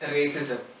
Racism